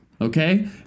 Okay